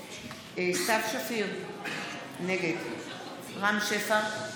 סתיו שפיר, נגד רם שפע,